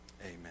Amen